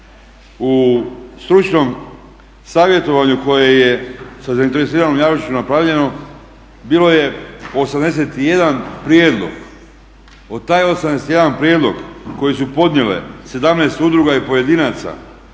U stručnom savjetovanju koje je sa zainteresiranom javnošću napravljeno bilo je 81 prijedlog. Od tih 81 prijedloga koji su podnijele 17 udruga i pojedinaca,